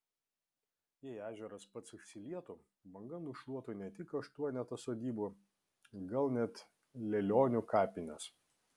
jei ežeras pats išsilietų banga nušluotų ne tik aštuonetą sodybų gal net lielionių kapines